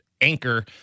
anchor